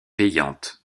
payante